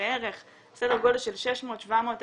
בערך סדר גודל של 700,000-600,000 שקל,